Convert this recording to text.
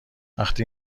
وقتی